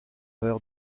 eur